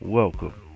welcome